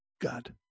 God